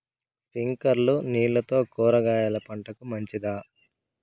స్ప్రింక్లర్లు నీళ్లతో కూరగాయల పంటకు మంచిదా?